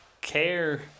care